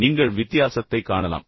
எனவே நீங்கள் வித்தியாசத்தைக் காணலாம்